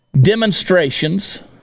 demonstrations